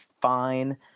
fine